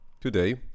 Today